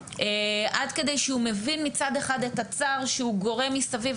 עד כדי שהוא מבין מצד אחד את הצער שהוא גורם מסביב,